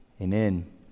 Amen